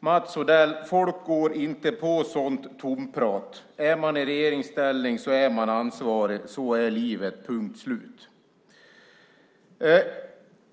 Mats Odell! Folk går inte på sådant tomprat. Är man i regeringsställning så är man ansvarig. Så är livet - punkt slut.